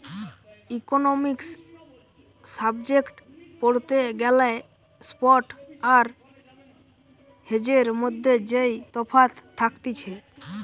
economics subject পড়তে গ্যালে spot আর হেজের মধ্যে যেই তফাৎ থাকতিছে